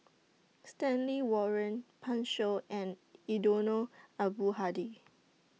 Stanley Warren Pan Shou and Eddino Abdul Hadi